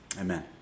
Amen